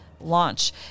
launch